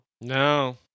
No